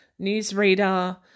newsreader